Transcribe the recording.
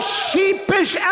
sheepish